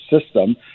system